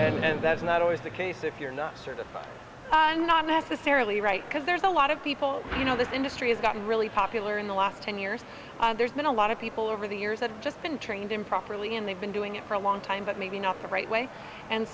know that's not always the case if you're not sort of an not necessarily right because there's a lot of people you know this industry has gotten really popular in the last ten years and there's been a lot of people over the years have just been trained improperly and they've been doing it for a long time but maybe not the right way and